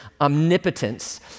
omnipotence